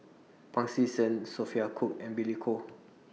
Pancy Seng Sophia Cooke and Billy Koh